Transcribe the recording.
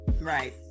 Right